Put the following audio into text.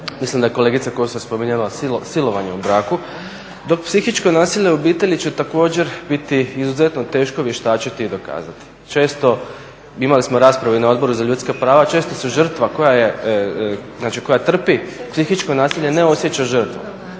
Mislim da je kolegica Kosor spominjala silovanje u braku dok psihičko nasilje u obitelji će također biti izuzetno teško vještačiti i dokazati. Često imali smo rasprave i na Odboru za ljuska prava često su žrtva koja trpi psihičko nasilje ne osjeća žrtvom